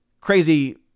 crazy